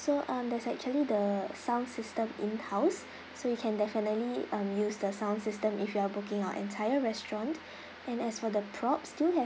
so um there's actually the sound system in house so you can definitely um use the sound system if you are booking our entire restaurant and as for the props do you have